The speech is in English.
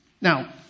Now